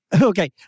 Okay